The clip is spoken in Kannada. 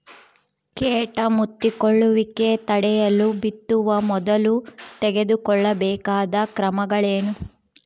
ಕೇಟ ಮುತ್ತಿಕೊಳ್ಳುವಿಕೆ ತಡೆಯಲು ಬಿತ್ತುವ ಮೊದಲು ತೆಗೆದುಕೊಳ್ಳಬೇಕಾದ ಕ್ರಮಗಳೇನು?